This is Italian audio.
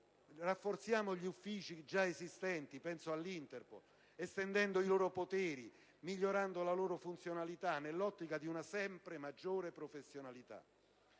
Rafforziamo gli uffici già esistenti - penso all'Interpol - estendendo i loro poteri, migliorando la loro funzionalità, nell'ottica di una sempre maggiore professionalità.